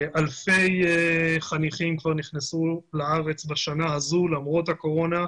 אלפי חניכים כבר נכנסו לארץ בשנה הזו למרות הקורונה,